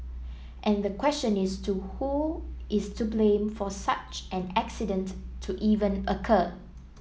and the question is to who is to blame for such an accident to even occur